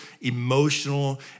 emotional